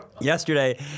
Yesterday